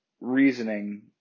reasoning